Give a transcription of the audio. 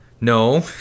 No